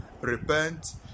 repent